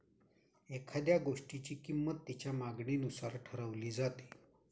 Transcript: एखाद्या गोष्टीची किंमत तिच्या मागणीनुसार ठरवली जाते